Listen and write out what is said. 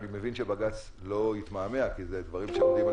אני מבין שבג"ץ לא יתמהמה כי אלה דברים שעומדים על